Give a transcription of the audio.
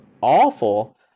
awful